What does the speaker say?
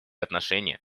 отношения